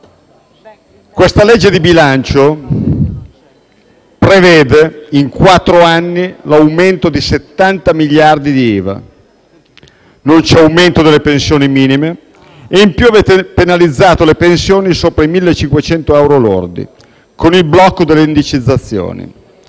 di legge di bilancio prevede, in quattro anni, l'aumento di 70 miliardi di IVA; non c'è un aumento delle pensioni minime e in più avete penalizzato le pensioni sopra i 1.500 euro lordi, con il blocco delle indicizzazioni,